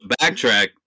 backtrack